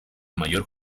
mayor